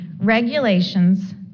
regulations